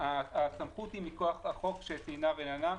הסמכות היא מכוח החוק שתיינה רננה,